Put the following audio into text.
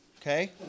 Okay